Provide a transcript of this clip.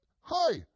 hi